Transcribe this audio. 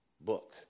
book